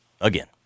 again